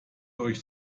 euch